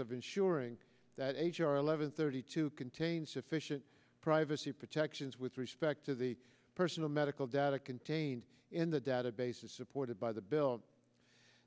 of ensuring that h r eleven thirty two contains sufficient privacy protections with respect to the personal medical data contained in the databases supported by the bill